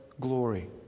glory